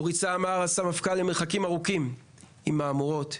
זו ריצה למרחקים ארוכים עם עליות ומורדות,